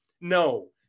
No